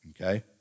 okay